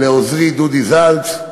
לעוזרי דודי זלץ,